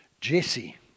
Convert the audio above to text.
Jesse